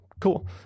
cool